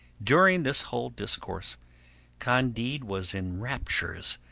during this whole discourse candide was in raptures,